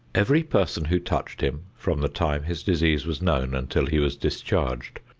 every person who touched him, from the time his disease was known until he was discharged,